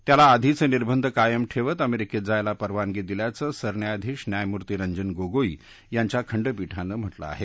त्याला आधीचे निर्बंध कायम ठेवत अमेरिकेत जायला परवानगी दिल्याचं सरन्यायधीश न्यायमूर्ती रंजन गोगोई यांच्या खंडपीठानं म्हटलं आहे